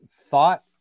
thought